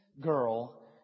girl